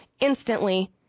instantly